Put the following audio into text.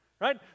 right